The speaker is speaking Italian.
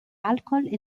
alcol